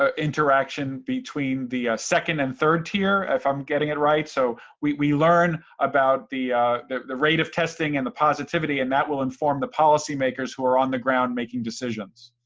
ah interaction between the second and third tier if i'm getting it right. so, we learn about the the rate of testing and the positivity, and that will inform the policy makers who are on the ground making decisions.